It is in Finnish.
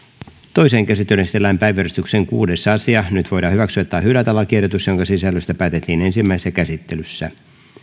toiseen käsittelyyn esitellään päiväjärjestyksen kuudes asia nyt voidaan hyväksyä tai hylätä lakiehdotus jonka sisällöstä päätettiin ensimmäisessä käsittelyssä